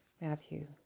Matthew